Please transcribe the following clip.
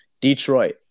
Detroit